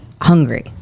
hungry